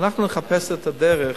ואנחנו נחפש את הדרך